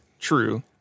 True